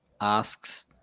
asks